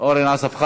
אורן אסף חזן.